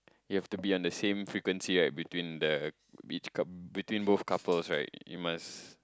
you have to be on the same frequency right between the each coup~ between both couples right you must